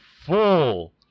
full